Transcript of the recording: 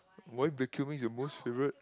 why vacuuming is your most favourite